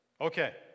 Okay